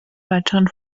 weiteren